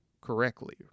correctly